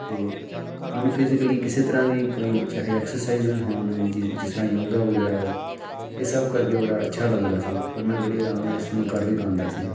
ਅਤੇ ਮੈਨੂੰ ਫਿਜੀਕਲੀ ਕਿਸੇ ਤਰ੍ਹਾਂ ਦੀ ਕੋਈ ਚਾਹੇ ਐਕਸਰਸਾਈਜ਼ ਹੋਣ ਜਿ ਜਿਸ ਤਰ੍ਹਾਂ ਯੋਗਾ ਵਗੈਰਾ ਵੈ ਇਹ ਸਭ ਕਰਕੇ ਬੜਾ ਅੱਛਾ ਲੱਗਦਾ ਸੀ ਔਰ ਮੈਂ ਬੜੇ ਆਰਾਮ ਨਾਲ ਇਸ ਨੂੰ ਕਰ ਵੀ ਪਾਉਂਦਾ ਸੀਗਾ